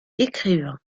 écrivain